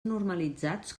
normalitzats